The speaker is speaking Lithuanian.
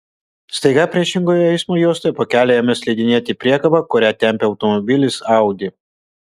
staiga priešingoje eismo juostoje po kelią ėmė slidinėti priekaba kurią tempė automobilis audi